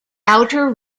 outer